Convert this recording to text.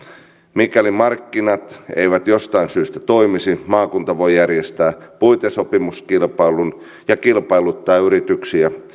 mikäli markkinat eivät jostain syystä toimisi maakunta voi järjestää puitesopimuskilpailun ja kilpailuttaa yrityksiä